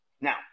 Now